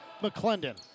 McClendon